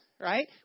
right